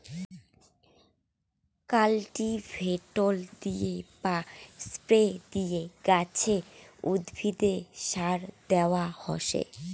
cultivator দিয়ে বা spray দিয়ে গাছে, উদ্ভিদে সার দেয়া হসে